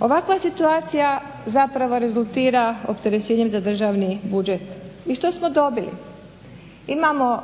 Ovakva situacija zapravo rezultira opterećenjem za državni budžet. I što smo dobili? Imamo,